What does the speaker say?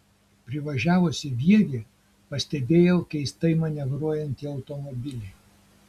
privažiavusi vievį pastebėjau keistai manevruojantį automobilį